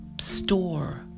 store